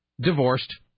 Divorced